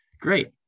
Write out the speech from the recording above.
Great